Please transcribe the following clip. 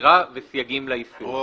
למכירה וסייגים לאיסור.